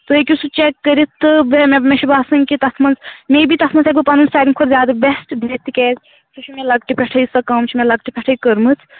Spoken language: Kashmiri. تُہۍ ہیٚکِو سُہ چیک کٔرِتھ تہٕ بیٚیہِ مےٚ چھُ باسان کہِ تَتھ منٛز مے بی تَتھ منٛز ہیٚکہٕ بہٕ پَنُن سارِوٕے کھۄتہٕ زیادٕ بیسٹہٕ دِتھ تِکیٛازِ سُہ چھُ مےٚ لۅکٹہِ پٮ۪ٹھٕے سۄ کٲم چھِ مےٚ لۅکٹہِ پٮ۪ٹھٕے کٔرمٕژ